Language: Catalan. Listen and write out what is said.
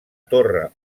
torre